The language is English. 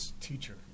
teacher